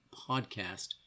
podcast